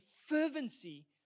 fervency